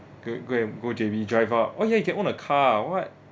go go and go J_B drive up oh ya you can own a car [what]